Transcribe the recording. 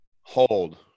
Hold